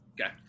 Okay